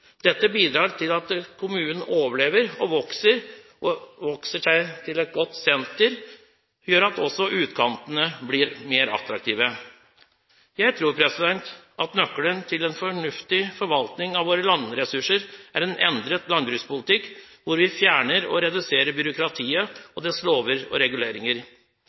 Dette bidrar til at kommunen overlever og vokser, og vokser seg til et godt senter, og gjør at også utkantene blir mer attraktive. Jeg tror at nøkkelen til en fornuftig forvaltning av våre landressurser er en endret landbrukspolitikk, hvor vi fjerner og reduserer byråkratiet og dets lover og reguleringer.